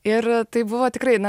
ir tai buvo tikrai na